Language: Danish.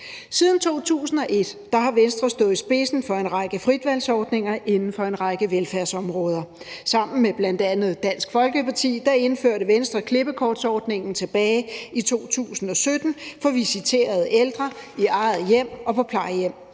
Siden 2001 har Venstre stået i spidsen for en række fritvalgsordninger inden for en række velfærdsområder. Sammen med bl.a. Dansk Folkeparti indførte Venstre klippekortordningen tilbage i 2017 for visiterede ældre i eget hjem og på plejehjem,